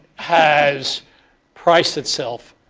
has priced itself